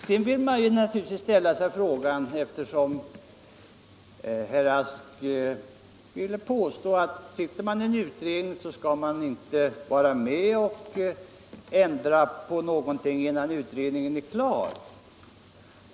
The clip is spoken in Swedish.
Herr Rask ville alltså göra gällande att den som sitter med i en utredning inte bör vara med och ändra på någonting innan utredningen är klar.